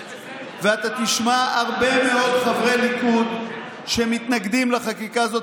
ואתה תשמע הרבה חברי הליכוד שמתנגדים לחקיקה הזאת